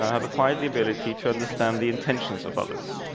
have acquired the ability to understand the intentions of others,